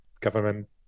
government